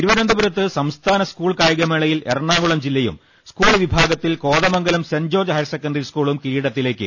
തിരുവനന്തപുരത്ത് സംസ്ഥാന സ്കൂൾ കായിക മേള യിൽ എറണാകുളം ജില്ലയും സ്കൂൾ വിഭാഗത്തിൽ Kothamangalam saint George higher secondary സ്കൂളും കിരീടത്തിലേക്ക്